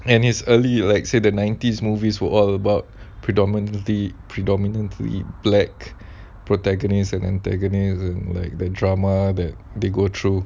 and it's early like say the nineties movies were all about predominantly predominantly black protagonist and antagonism like the drama that they go through